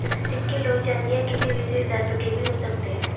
सिक्के लोहे चांदी या किसी विशेष धातु के भी हो सकते हैं